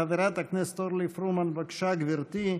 חברת הכנסת אורלי פרומן, בבקשה, גברתי,